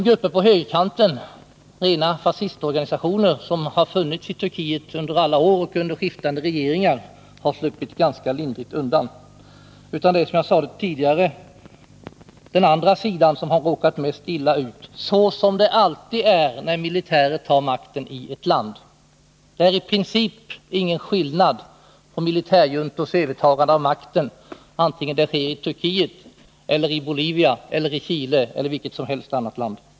Grupperna på högerkanten — rena fascistorganisationer som har funnits i Turkiet under alla år och under skiftande regeringar — har sluppit ganska lindrigt undan. Det är i stället, som jag sade tidigare, den andra sidan som har råkat mest illa ut, såsom det alltid är när militären tar makten i ett land. Det är i princip ingen skillnad på militärjuntors övertagande av makten vare sig det sker i Turkiet, i Bolivia, i Chile eller i vilket som helst annat land.